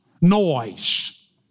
Noise